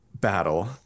battle